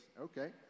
okay